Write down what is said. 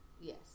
Yes